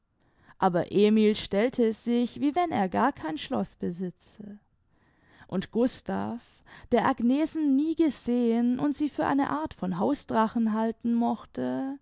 aber emil stellte sich wie wenn er gar kein schloß besitze und gustav der agnesen nie gesehen und sie für eine art von hausdrachen halten mochte